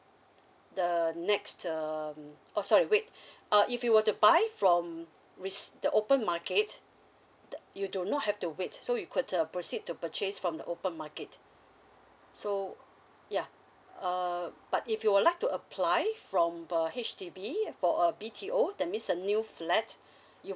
the next um oh sorry wait uh if you were to buy from res~ the open market you do not have to wait so you could uh proceed to purchase from the open market so yeah uh but if you would like to apply from uh H_D_B for a B_T_O that mens a new flats you